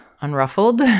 unruffled